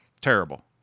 terrible